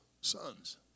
sons